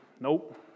Nope